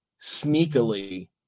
sneakily